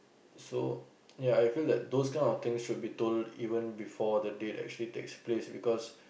so ya I feel like those kind of things should be told even before the date actually takes place because